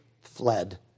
fled